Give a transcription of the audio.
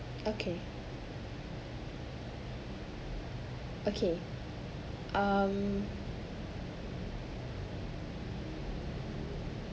okay okay um